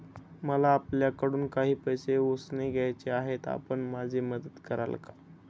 मला आपल्याकडून काही पैसे उसने घ्यायचे आहेत, आपण माझी मदत कराल का?